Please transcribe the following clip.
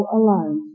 alone